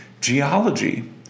geology